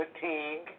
fatigue